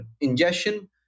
ingestion